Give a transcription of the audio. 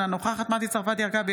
אינה נוכחת מטי צרפתי הרכבי,